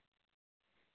சரி சரிங்க